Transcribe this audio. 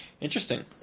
Interesting